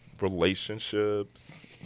relationships